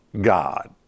God